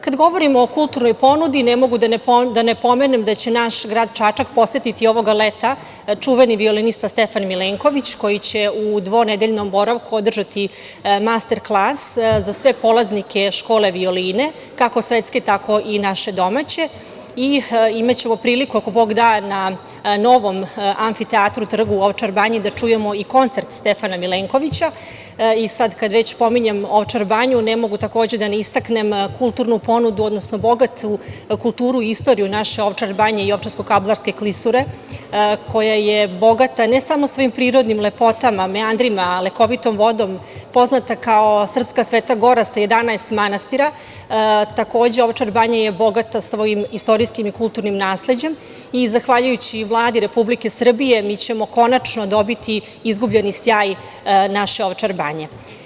Kada govorimo o kulturnoj ponudi ne mogu da ne pomenem da će naš grad Čačak posetiti ovoga leta čuveni violinista Stefan Milenković koji će u dvonedeljnom boravku održati master klas za sve polaznike škole violine kako svetske tako i naše domaće i imaćemo priliku, ako Bog da, da na novom amfiteatru, trgu u Ovčar banji da čujemo i koncert Stefana Milenkovića i sada kada već pominjem Ovčar banju ne mogu takođe da ne istaknem kulturnu ponudu, odnosno bogatu kulturu i istoriju naše Ovčar banje i Ovčarsko-kablarske klisure koja je bogata ne samo svojim prirodnim lepotama, meandrima, lekovitom vodom, poznatom kao Srpska sveta gora sa 11 manastira, takođe Ovčar banja je bogata svojim istorijskim i kulturnim nasleđem i zahvaljujući Vladi Republike Srbije mi ćemo konačno dobiti izgubljeni sjaj naše Ovčar banje.